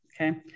okay